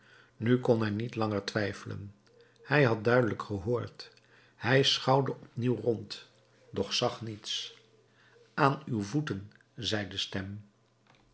nu kon hij niet langer twijfelen hij had duidelijk gehoord hij schouwde opnieuw rond doch zag niets aan uw voeten zei de stem